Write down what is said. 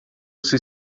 sua